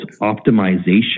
optimization